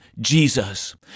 Jesus